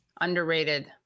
underrated